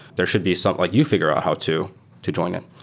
there should be stuff like you fi gure out how to to join it.